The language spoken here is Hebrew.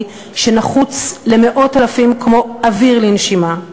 שנחוץ למאות אלפים כמו אוויר לנשימה.